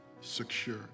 secure